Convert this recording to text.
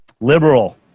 liberal